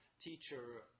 teacher